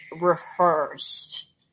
rehearsed